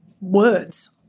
words